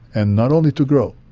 and not only to grow.